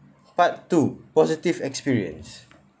part two positive experience